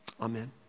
Amen